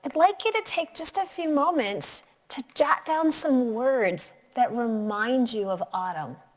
and like you to take just a few moments to jot down some words that remind you of autumn.